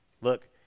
Look